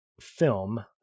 film